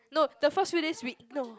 no the first few days we no